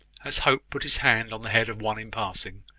as hope put his hand on the head of one in passing,